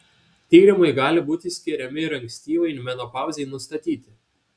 tyrimai gali būti skiriami ir ankstyvai menopauzei nustatyti